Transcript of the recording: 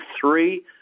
three